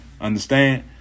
Understand